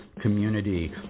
community